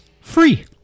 free